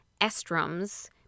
Estrom's